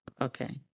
okay